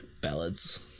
ballads